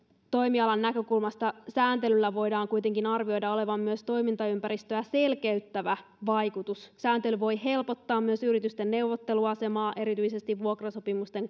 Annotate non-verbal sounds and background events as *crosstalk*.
toimialan näkökulmasta sääntelyllä voidaan kuitenkin arvioida olevan myös toimintaympäristöä selkeyttävä vaikutus sääntely voi helpottaa myös yritysten neuvotteluasemaa erityisesti vuokrasopimusten *unintelligible*